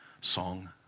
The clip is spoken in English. song